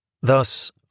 thus